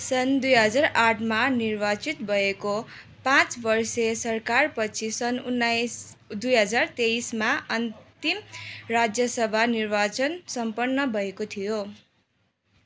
सन् दुई हजार आठमा निर्वाचित भएको पाँच वर्षे सरकारपछि सन् उन्नाइस दुई हजार तेइसमा अन्तिम राज्यसभा निर्वाचन सम्पन्न भएको थियो